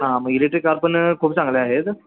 हां मग electric car पण खूप चांगले आहेत